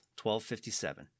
1257